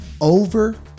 over